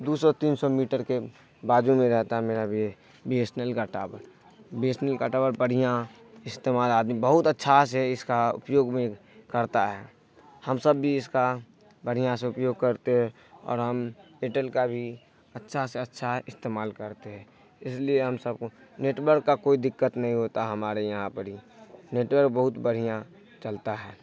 دو سو تین سو میٹر کے باجو میں رہتا ہے میرا بھی بی ایس این ایل کا ٹاور بھی ایس این ایل کا ٹاور بڑھیا استعمال آدمی بہت اچھا سے اس کا اپیوگ میں کرتا ہے ہم سب بھی اس کا بڑھیا سے اپیوگ کرتے ہے اور ہم ایئرٹیل کا بھی اچھا سے اچھا استعمال کرتے ہے اس لیے ہم سب کو نیٹ ورک کا کوئی دقت نہیں ہوتا ہمارے یہاں پر ہے نیٹ ورک بہت بڑھیا چلتا ہے